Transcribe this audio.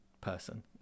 person